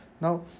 now